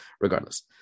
regardless